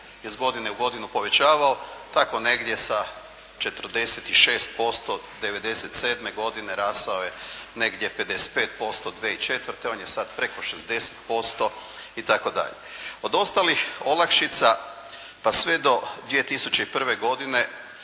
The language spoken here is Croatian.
iz godine u godinu povećavao tako negdje sa 46% '97. godine rastao je negdje 55% 2004. On je sad preko 60% itd. Od ostalih olakšica pa sve do 2001. godine